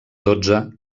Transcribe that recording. dotze